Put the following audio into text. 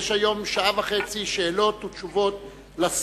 יש היום שעה וחצי שאלות ותשובות לשר,